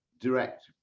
direct